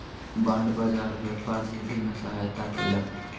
bond बाजार व्यापार वृद्धि में सहायता केलक